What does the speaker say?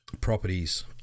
properties